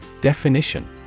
Definition